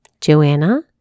Joanna